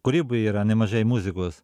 kūryboj yra nemažai muzikos